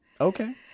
Okay